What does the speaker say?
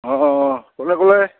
অঁ কোনে ক'লে